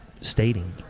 stating